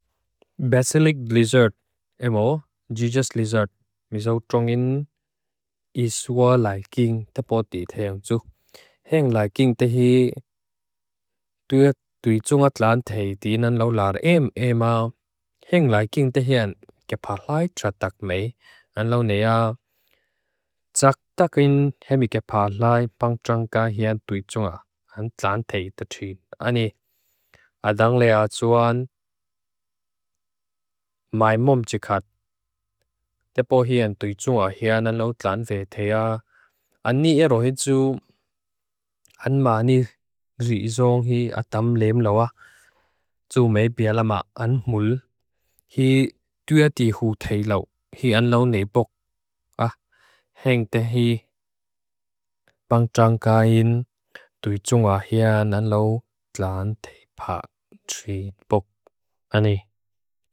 Basilic lizard, emo, jesus lizard, miso trung in iswa laikin tapodit heang juk. Heang laikin tehi duet duitjunga tlantei dinan lo lar eem eem a. Heang laikin tehian kepa lai tratak mei. An lo nea tsak takin hemi kepa lai pang trangka hean duitjunga, an tlantei tatuid ani. Adang lea tsuan maimom tsikat. Tepo hean duitjunga hean an lo tlantei tea. An ni erohi tsu an ma ni rizong hi atam leem loa. Tsu me biala ma an mul. Hi duet dihutei lo. Hi an lo neepok. Ah, heang tehi pang trangka hean duitjunga hean an lo tlantei pak tsui bok. An ni.